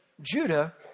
Judah